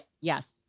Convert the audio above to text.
Yes